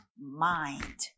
mind